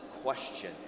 question